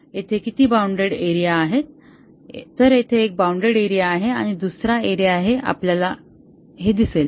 येथे किती bounded area आहेत तर येथे एक बाउंडेड एरिया आहे आणि येथे दुसरा एरिया आहे आपल्याला हे दिसेल